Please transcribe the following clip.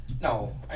No